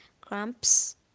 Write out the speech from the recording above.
cramps